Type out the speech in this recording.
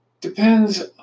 depends